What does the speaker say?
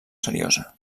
seriosa